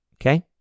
Okay